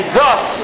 thus